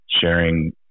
sharing